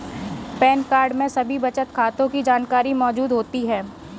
pan card में सभी बचत खातों की जानकारी मौजूद होती है